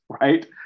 right